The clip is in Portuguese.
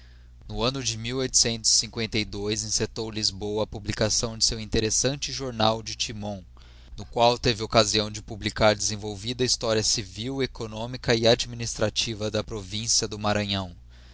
no anno de encetou lisboa a publicação do seu interessante a de titnon no qual teve occasião de publicar desenvolvida historia civil económica e administrativa da província do maranhão